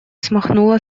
смахнула